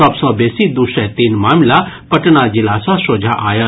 सभ सँ बेसी दू सय तीन मामिला पटना जिला सँ सोझा आयल